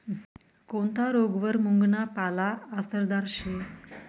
कोनता रोगवर मुंगना पाला आसरदार शे